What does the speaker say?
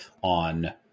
on